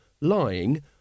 lying